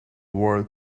world